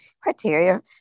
criteria